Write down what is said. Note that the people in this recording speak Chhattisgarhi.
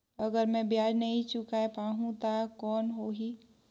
अगर मै ब्याज नी चुकाय पाहुं ता कौन हो ही?